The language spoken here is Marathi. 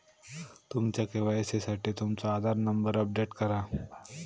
तुमच्या के.वाई.सी साठी तुमचो आधार नंबर अपडेट करा